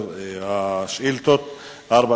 שאילתא מס'